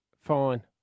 Fine